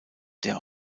der